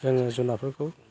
जोङो जुनारफोरखौ